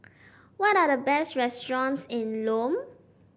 what are the best restaurants in Lome